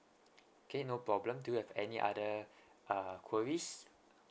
okay no problem do you have any other ah queries